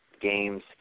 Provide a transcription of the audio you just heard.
games